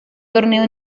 torneo